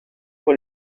pour